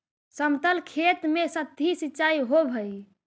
समतल खेत में सतही सिंचाई होवऽ हइ